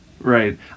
Right